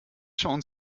shown